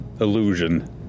illusion